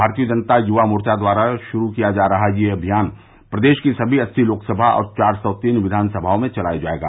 भारतीय जनता युवा मोर्चा द्वारा शुरू किया जा रहा यह अभियान प्रदेश की सभी अस्सी लोकसभा और चार सौ तीन विधानसभाओं में चलाया जायेगा